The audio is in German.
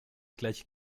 gleich